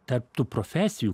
tarp tų profesijų